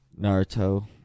Naruto